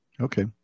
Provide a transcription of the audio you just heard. Okay